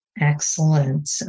Excellent